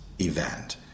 event